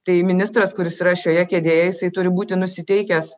tai ministras kuris yra šioje kėdėje jisai turi būti nusiteikęs